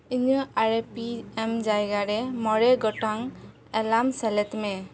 ᱤᱧᱟᱹᱜ ᱟᱨᱮ P M ᱡᱟᱭᱜᱟᱨᱮ ᱢᱚᱬᱮ ᱜᱚᱴᱟᱝ ᱮᱞᱟᱢ ᱥᱮᱞᱮᱫ ᱢᱮ